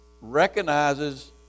recognizes